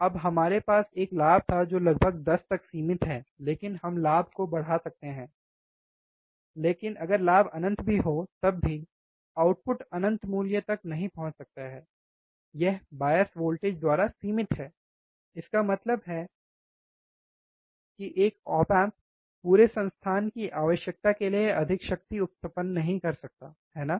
अब हमारे पास एक लाभ था जो लगभग 10 तक सीमित है लेकिन हम लाभ को बढ़ा सकते हैं लेकिन अगर लाभ अनंत भी हो तब भी आउटपुट अनंत मूल्य तक नहीं पहुंच सकता है यह बायस वोल्टेज द्वारा सीमित है इसका मतलब है कि एक ऑप एम्प पूरे संस्थान की आवश्यकता के लिए अधिक शक्ति उत्पन्न नहीं कर सकता है है ना